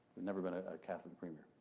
never been a catholic premier.